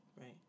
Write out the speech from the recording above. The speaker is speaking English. Right